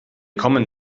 kommen